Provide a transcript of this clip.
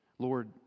Lord